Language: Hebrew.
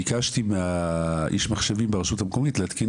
ביקשתי מאיש המחשבים ברשות המקומית להתקין